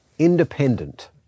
independent